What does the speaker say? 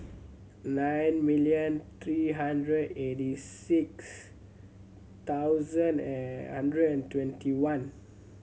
nine million three hundred eight six thousand and hundred and twenty one